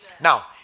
Now